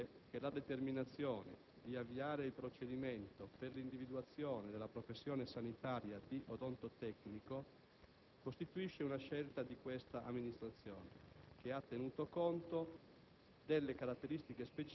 Desidero ribadire che la determinazione di avviare il procedimento per l'individuazione della professione sanitaria di odontotecnico costituisce una scelta di questa amministrazione, che ha tenuto conto